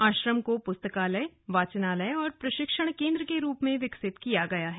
आश्रम को पुस्तकालय वाचनालय और प्रशिक्षण केन्द्र के रूप में विकसित किया गया है